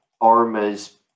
ARMA's